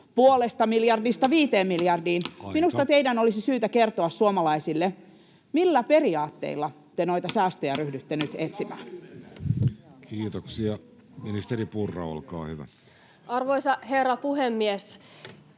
puolesta miljardista viiteen miljardiin, [Puhemies: Aika!] minusta teidän olisi syytä kertoa suomalaisille, millä periaatteilla te noita säästöjä ryhdytte nyt etsimään. Kiitoksia. — Ministeri Purra, olkaa hyvä. Arvoisa herra puhemies!